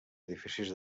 edificis